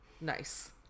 Nice